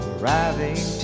Arriving